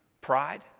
pride